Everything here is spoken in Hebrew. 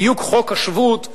בדיוק חוק השבות,